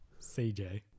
CJ